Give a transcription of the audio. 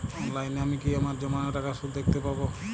অনলাইনে আমি কি আমার জমানো টাকার সুদ দেখতে পবো?